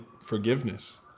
forgiveness